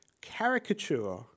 caricature